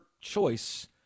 choice